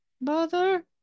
Mother